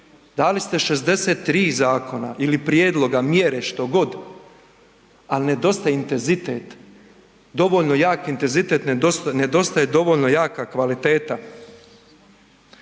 dali ste 63 zakona ili prijedloga, mjere, što god, al nedostaje intenzitet, dovoljno jak intenzitet, nedostaje dovoljno jaka kvaliteta.